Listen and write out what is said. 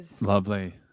Lovely